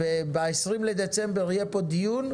ב-20 בדצמבר יהיה פה דיון,